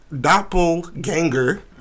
doppelganger